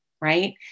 right